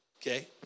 Okay